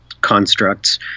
constructs